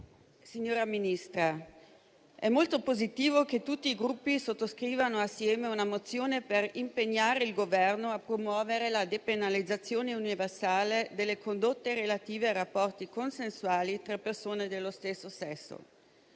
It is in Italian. signora Ministra, è molto positivo che tutti i Gruppi assieme sottoscrivano una mozione per impegnare il Governo a promuovere la depenalizzazione universale delle condotte relative ai rapporti consensuali tra persone dello stesso sesso.